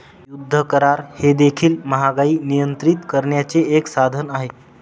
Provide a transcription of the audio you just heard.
युद्ध करार हे देखील महागाई नियंत्रित करण्याचे एक साधन आहे